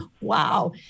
Wow